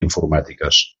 informàtiques